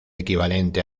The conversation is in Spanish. equivalente